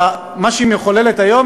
במה שהיא מחוללת היום,